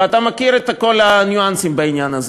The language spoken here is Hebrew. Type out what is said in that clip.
ואתה מכיר את כל הניואנסים בעניין הזה.